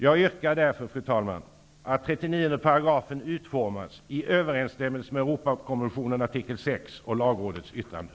Jag yrkar att riksdagen med bifall till utskottets hemställan i övrigt beslutar att andra meningen i 39 § första stycket förslaget till lokalradiolag skall utgå.